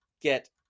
get